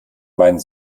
meinen